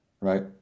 right